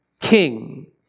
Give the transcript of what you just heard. king